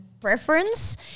preference